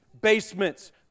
basements